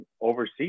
overseas